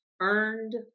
earned